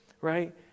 right